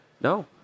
No